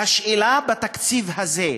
והשאלה: בתקציב הזה,